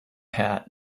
hat